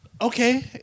Okay